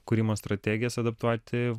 kūrimo strategijas adaptuoti